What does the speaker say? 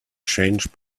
changed